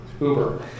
Uber